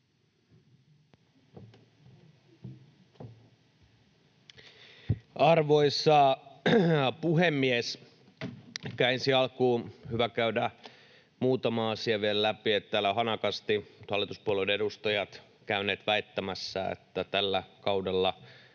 Arvoisa puhemies! Ehkä ensi alkuun on hyvä käydä muutama asia vielä läpi, sillä täällä ovat hanakasti hallituspuolueiden edustajat käyneet väittämässä, että tällä kaudella